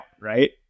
Right